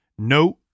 Note